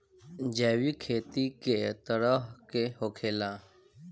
जैविक खेती कए तरह के होखेला?